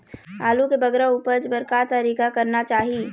आलू के बगरा उपज बर का तरीका करना चाही?